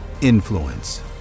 influence